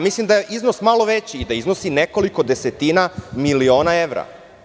Mislim da je iznos malo veći i da iznosi nekoliko desetina miliona evra.